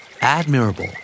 Admirable